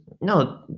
no